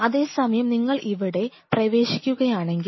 അതേസമയം നിങ്ങൾ ഇവിടെ പ്രവേശിക്കുകയാണെങ്കിൽ